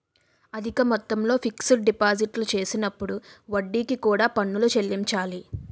అధిక మొత్తంలో ఫిక్స్ డిపాజిట్లు చేసినప్పుడు వడ్డీకి కూడా పన్నులు చెల్లించాలి